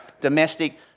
domestic